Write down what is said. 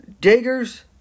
Diggers